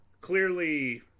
clearly